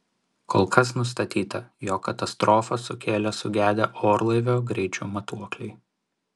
kol kas nustatyta jog katastrofą sukėlė sugedę orlaivio greičio matuokliai